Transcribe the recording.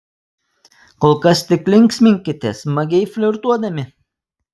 kol kas tik linksminkitės smagiai flirtuodami